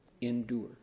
endure